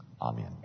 Amen